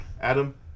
Adam